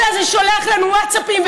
אתה שולח לנו ווטסאפים,